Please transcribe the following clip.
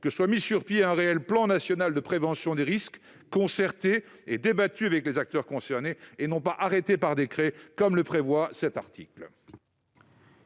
que soit mis sur pied un réel plan national de prévention des risques, concerté et débattu avec les acteurs concernés, et non arrêté par décret, ainsi que le prévoit cet article.